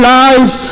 life